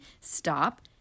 Stop